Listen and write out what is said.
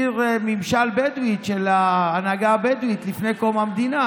עיר ממשל של ההנהגה הבדואית לפני קום המדינה,